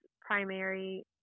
primary